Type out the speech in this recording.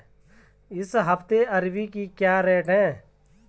इस हफ्ते अरबी के क्या रेट हैं?